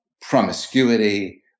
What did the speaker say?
promiscuity